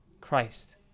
Christ